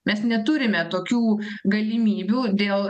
mes neturime tokių galimybių dėl